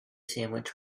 sandwich